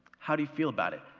how do you feel about it?